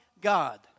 God